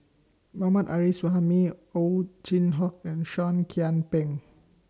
Mohammad Arif Suhaimi Ow Chin Hock and Seah Kian Peng